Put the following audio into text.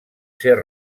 ser